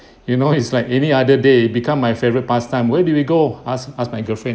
you know it's like any other day become my favourite pastime where do we go ask ask my girlfriend